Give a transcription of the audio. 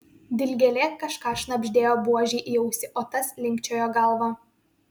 dilgėlė kažką šnabždėjo buožei į ausį o tas linkčiojo galva